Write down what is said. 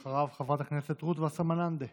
אחריו, חברת הכנסת רות וסרמן לנדה.